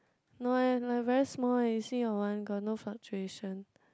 no eh like very small eh you see your one got no fluctuation